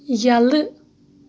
یَلہٕ